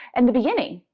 and the beginning.